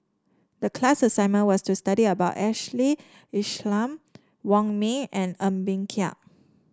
the class assignment was to study about Ashley Isham Wong Ming and Ng Bee Kia